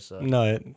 No